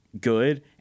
good